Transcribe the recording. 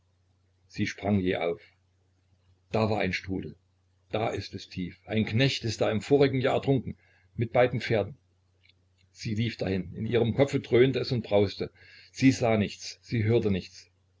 sie sprang jäh auf da war ein strudel da ist es tief ein knecht ist da im vorigen jahr ertrunken mit beiden pferden sie lief da hin in ihrem kopfe dröhnte es und brauste sie sah nichts sie hörte nichts